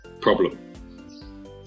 problem